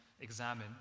examine